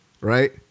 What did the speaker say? right